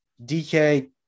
DK